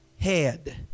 Head